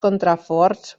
contraforts